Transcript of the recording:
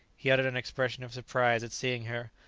he uttered an expression of surprise at seeing her,